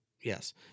Yes